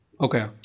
okay